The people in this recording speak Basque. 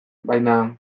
baina